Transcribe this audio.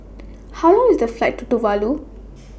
How Long IS The Flight to Tuvalu